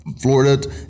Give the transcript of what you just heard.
Florida